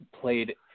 played –